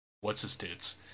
What's-His-Tits